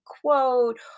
quote